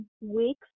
weeks